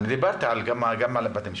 דיברתי גם על בתי המשפט.